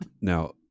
Now